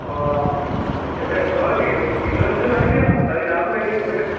অঁ সেইটোৱে তই পিছবেলা পিছবেলা আহিবি আকৌ আমি যাওঁ নহয় এইকেইদিন গৈ আছো